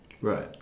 right